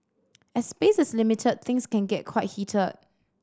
as space is limited things can get quite heated